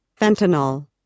fentanyl